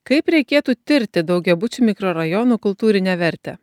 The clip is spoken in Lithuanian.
kaip reikėtų tirti daugiabučių mikrorajonų kultūrinę vertę